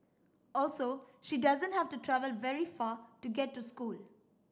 also she doesn't have to travel very far to get to school